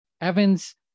Evans